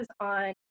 on